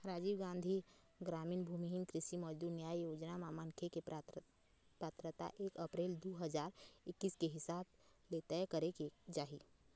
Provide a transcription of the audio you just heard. राजीव गांधी गरामीन भूमिहीन कृषि मजदूर न्याय योजना म मनखे के पात्रता एक अपरेल दू हजार एक्कीस के हिसाब ले तय करे करे जाही